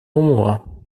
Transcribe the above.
humor